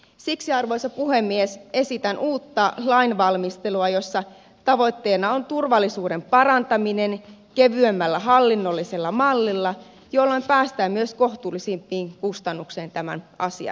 siksi arvoisa puhemies esitän uutta lainvalmistelua jossa tavoitteena on turvallisuuden parantaminen kevyemmällä hallinnollisella mallilla jolloin päästään myös kohtuullisempiin kustannuksiin tämän asian osalta